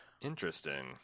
Interesting